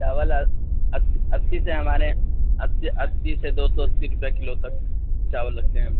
چاول اسی سے ہمارے اسی اسی سے دو سو اسی روپیے کلو تک چاول رکھتے ہیں ہم